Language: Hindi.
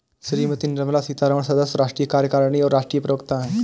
श्रीमती निर्मला सीतारमण सदस्य, राष्ट्रीय कार्यकारिणी और राष्ट्रीय प्रवक्ता हैं